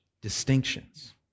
distinctions